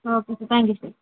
okay sir thank you sir